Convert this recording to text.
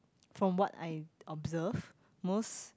from what I observe most